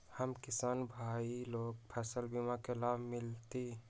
हम किसान भाई लोग फसल बीमा के लाभ मिलतई?